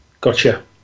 gotcha